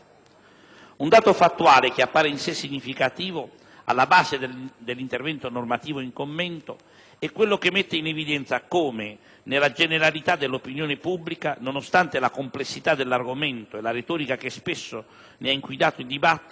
Un dato fattuale che appare in sé significativo, alla base dell'intervento normativo in commento, è quello che mette in evidenza come, nella generalità dell'opinione pubblica, nonostante la complessità dell'argomento e la retorica che spesso ne ha inquinato il dibattito,